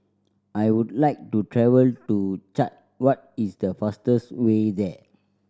I would like to travel to Chad what is the fastest way there